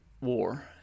war